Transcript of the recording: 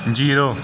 zero